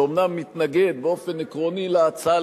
שאומנם מתנגד באופן עקרוני להצעה,